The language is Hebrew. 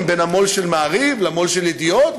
בין המו"ל של "מעריב" למו"ל של "ידיעות",